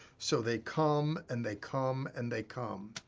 so they come and they come and they come.